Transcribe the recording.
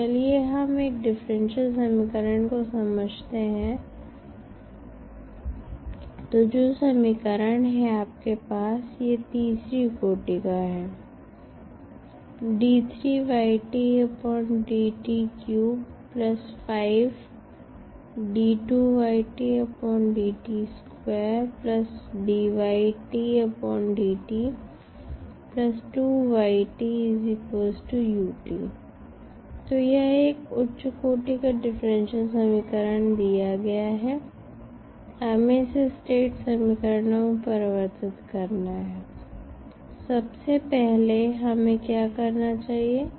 तो चलिए हम एक डिफरेंशियल समीकरण को समझते हैं तो जो समीकरण है आपके पास ये तीसरी कोटि का है तो यह एक उच्च कोटि का डिफरेंशियल समीकरण दिया गया है हमें इसे स्टेट समीकरणों में परिवर्तित करना है तो सबसे पहले हमें क्या करना चाहिए